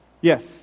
Yes